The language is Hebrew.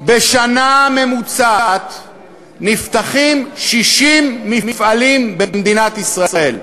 בשנה ממוצעת נפתחים 60 מפעלים במדינת ישראל.